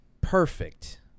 perfect